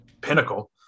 pinnacle